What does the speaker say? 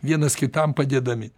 vienas kitam padėdami